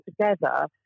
together